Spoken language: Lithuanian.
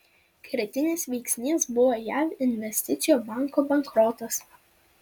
kritinis veiksnys buvo jav investicijų banko bankrotas